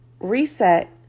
reset